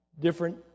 different